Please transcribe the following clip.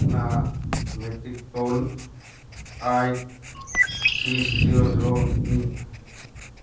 ꯅ metric ton eight six zero ꯖꯦꯔꯣꯅꯤ